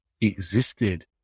existed